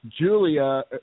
Julia